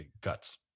guts